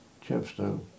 Chepstow